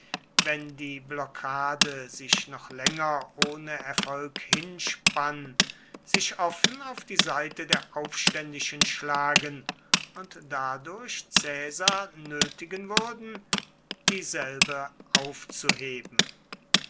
wenn die blockade sich noch länger ohne erfolg hinspann sich offen auf die seite der aufständischen schlagen und dadurch caesar nötigen würden dieselbe aufzuheben